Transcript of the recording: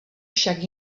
však